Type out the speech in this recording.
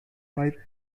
five